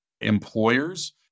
employers